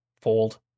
fold